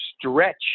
stretch